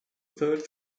third